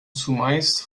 zumeist